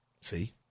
See